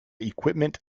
equipment